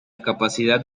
capacidad